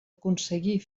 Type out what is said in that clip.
aconseguir